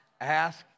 ask